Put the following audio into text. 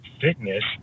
fitness